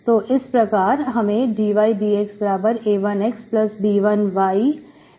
इस प्रकार dYdXa1Xb1Ya2Xb2Y प्राप्त होगा